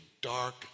dark